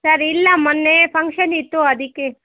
sir ಇಲ್ಲ ಮೊನ್ನೆ function ಇತ್ತು ಅದಕ್ಕೆ